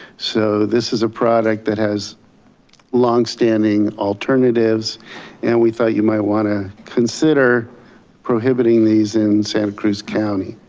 so this is a product that has longstanding alternatives and we thought you might wanna consider prohibiting these in santa cruz county.